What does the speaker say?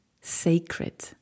sacred